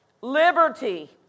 liberty